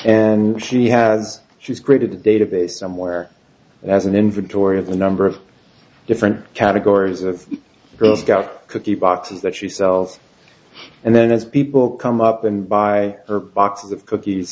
and she has she's created a database somewhere that has an inventory of a number of different categories of girl scout cookie boxes that she sells and then as people come up and buy her box of cookies